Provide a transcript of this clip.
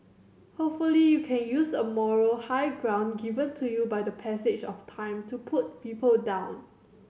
hopefully you can use a moral high ground given to you by the passage of time to put people down